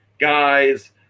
guys